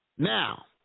Now